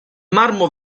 marmo